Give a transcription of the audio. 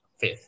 fifth